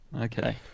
Okay